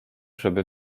żeby